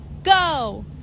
go